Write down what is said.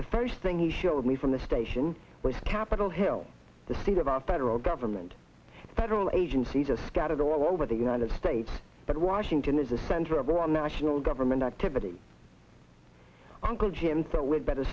the first thing he showed me from the station was capitol hill the seat of our federal government federal agencies are scattered all over the united states but washington is a center of national government activity uncle jim thought we'd better